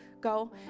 go